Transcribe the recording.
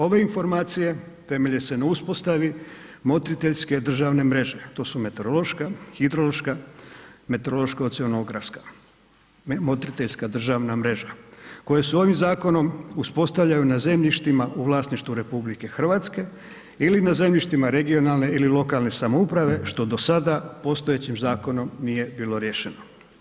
Ove informacije temelje se na uspostavi motriteljske državne mreže, to su meteorološka, hidrološka, ... motriteljska državna mreža koje su ovim zakonom uspostavljaju na zemljištima u vlasništvu RH ili na zemljištima regionalne ili lokalne samouprave, što do sada postojećim zakonom nije bilo riješeno.